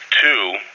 Two